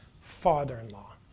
father-in-law